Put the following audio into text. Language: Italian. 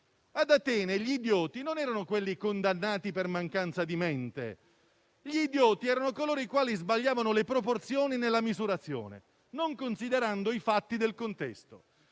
Atene, intendo non quelli condannati per mancanza di mente, ma coloro i quali sbagliavano le proporzioni nella misurazione, non considerando i fatti del contesto).